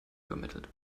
übermittelt